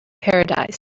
paradise